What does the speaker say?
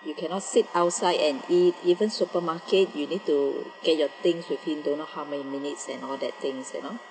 you cannot sit outside and eat even supermarket you need to get your things within don't know how many minutes and all that things you know